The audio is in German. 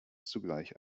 zugleich